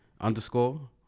underscore